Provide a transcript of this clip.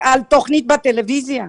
על תוכנית בטלוויזיה?